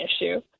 issue